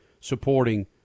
supporting